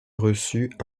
reçut